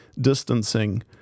distancing